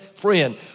friend